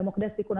במוקדי סיכון,